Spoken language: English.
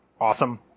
Awesome